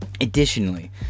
Additionally